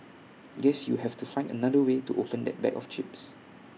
guess you have to find another way to open that bag of chips